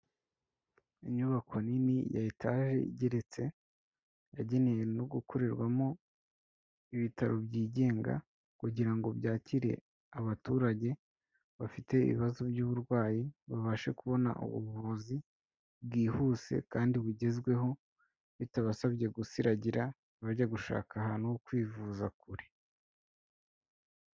Inyubako nini ya etaje igeretse, yageneye no gukorerwamo ibitaro byigenga. Kugira ngo byakire abaturage bafite ibibazo by'uburwayi babashe kubona ubuvuzi bwihuse kandi bugezweho, bitabasabye gusiragira abajya gushaka ahantu ho kwivuza kure.